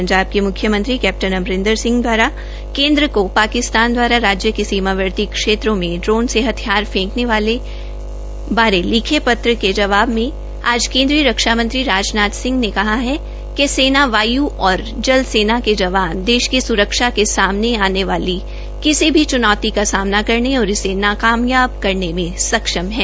पंजाब के म्ख्यमंत्री कैप्टन अमरिंदर सिंह दवारा केन्द्र को पाकिस्तान द्वारा राज्य के सीमावर्ती क्षेत्रों में ड्रोन से हथियार फैंकने बारे लिखे पत्र के जवाब में आज केन्द्रीय रक्षा मंत्री राजनाथ सिंह ने कहा कि सेना वाय् सेना और थल सेना के जवान देश की सुरक्षा के सामने आने वाली किसी भी च्नौती का सामना करने और इसे ना कामयाब करने में सक्षम है